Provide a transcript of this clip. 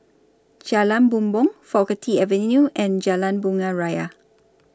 Jalan Bumbong Faculty Avenue and Jalan Bunga Raya